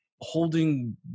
holding